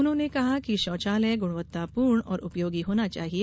उन्होंने कहा कि शौचालय गुणवत्तापूर्ण और उपयोगी होना चाहिए